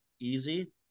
easy